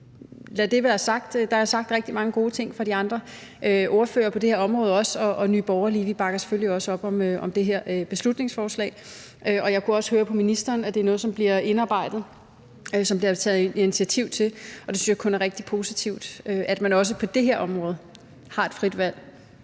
lad det være sagt. Der er sagt rigtig mange gode ting af de andre ordførere på det her område I Nye Borgerlige bakker vi selvfølgelig også op om det her beslutningsforslag. Jeg kunne også høre på ministeren, at det er noget, som bliver indarbejdet, som der bliver taget initiativ til, og det synes jeg kun er rigtig positivt, altså at man også på det her område har et frit valg.